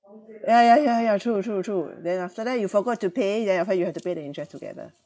ya ya ya ya true true true then after that you forgot to pay then after that you have to pay the interest together